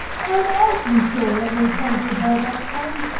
i'm awfully sorry i made fun of your hair that time.